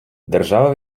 держава